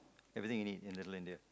everything you need in Little-India